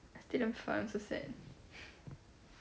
I stay damn far it's so sad